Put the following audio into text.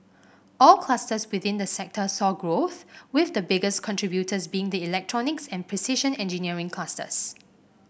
all clusters within the sector saw growth with the biggest contributors being the electronics and precision engineering clusters